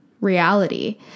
reality